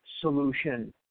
solution